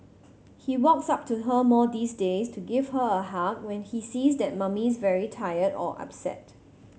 he walks up to her more these days to give her a hug when he sees that Mummy's very tired or upset